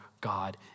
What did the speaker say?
God